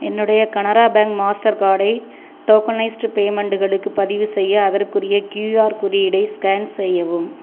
என்னுடைய Canara bank master கார்டை tokenised பேமெண்ட்டுகளுக்கு பதிவுசெய்ய அதற்குரிய க்யூஆர் குறியீடை ஸ்கேன் செய்யவும்